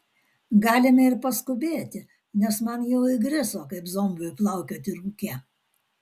galime ir paskubėti nes man jau įgriso kaip zombiui plaukioti rūke